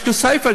יש כסייפה,